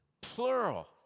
Plural